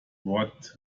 what